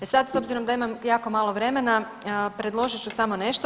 E sad, s obzirom da imam jako malo vremena predložit ću samo nešto.